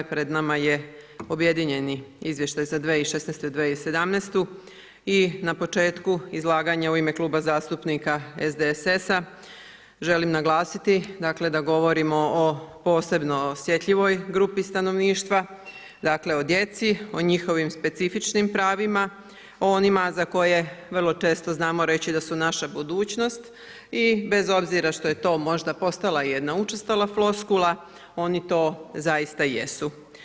Pred nama je objedinjeni izvještaj za 2016., 2017. i na početku izlaganja u ime Kluba zastupnika SDSS-a, želim naglasiti da govorimo o posebno osjetljivoj grupi stanovništva, o djeci, o njihovim specifičnim pravima, o onima za koje vrlo često znamo reći da su naša budućnost i bez obzira što ej to možda postala jedna učestala floskula, oni to zaista jesu.